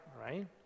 right